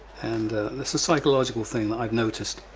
and it's a psychological thing that i've noticed,